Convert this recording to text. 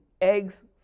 eggs